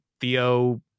Theo